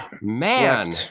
Man